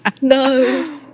No